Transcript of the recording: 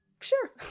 Sure